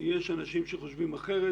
יש אנשים שחושבים אחרת.